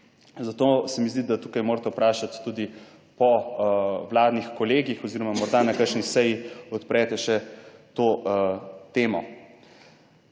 zato se mi zdi, da tukaj morate vprašati tudi po vladnih kolegih oziroma morda na kakšni seji odprete še to temo.